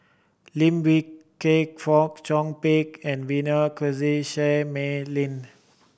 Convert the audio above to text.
Lim Wee Kiak Fong Chong Pik and Vivien Seah Mei Lin